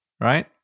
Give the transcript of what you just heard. right